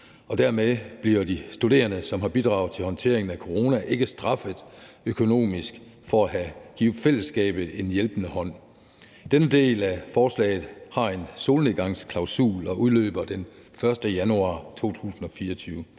dermed bliver de studerende, som har bidraget til håndteringen af corona, ikke straffet økonomisk for at have givet fællesskabet en hjælpende hånd. Denne del af forslaget har en solnedgangsklausul og udløber den 1. januar 2024.